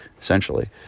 essentially